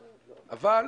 אבל,